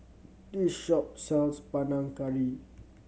this shop sells Panang Curry